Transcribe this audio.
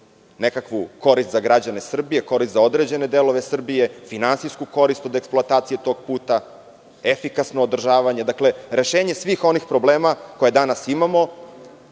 nekakvu korist za građane Srbije, korist za određene delove Srbije, finansijsku korist od eksploatacije tog puta, efikasno održavanje. Dakle, rešenje svih onih problema koje danas imamo